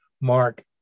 mark